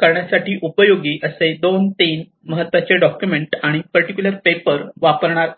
करण्यासाठी उपयोगी असे दोन तीन महत्त्वाचे डॉक्युमेंट आणि पर्टिक्युलर पेपर वापरणार आहे